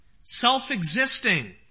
self-existing